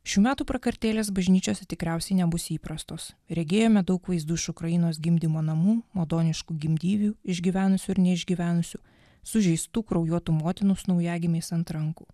šių metų prakartėlės bažnyčiose tikriausiai nebus įprastos regėjome daug vaizdų iš ukrainos gimdymo namų madoniškų gimdyvių išgyvenusių ir neišgyvenusių sužeistų kraujuotų motinų su naujagimiais ant rankų